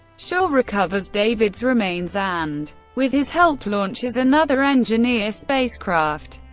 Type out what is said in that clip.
shaw recovers david's remains, and with his help, launches another engineer spacecraft.